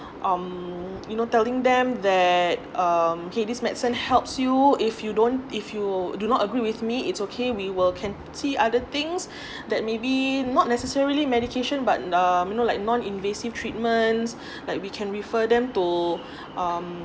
um you know telling them that um okay this medicine helps you if you don't if you do not agree with me it's okay we will can see other things that maybe not necessarily medication but um you know like non invasive treatments like we can refer them to um